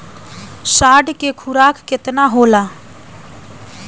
साँढ़ के खुराक केतना होला?